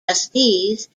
trustees